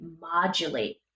modulate